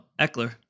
Eckler